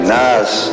Nas